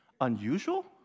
Unusual